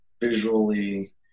visually